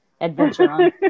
adventure